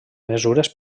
mesures